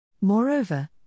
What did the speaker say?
Moreover